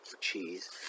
cheese